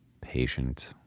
patient